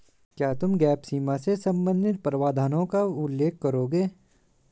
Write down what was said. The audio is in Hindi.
क्या तुम गैप सीमा से संबंधित प्रावधानों का उल्लेख करोगे?